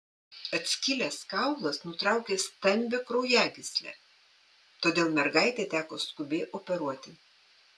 atskilęs kaulas nutraukė stambią kraujagyslę todėl mergaitę teko skubiai operuoti